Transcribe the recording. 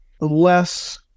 less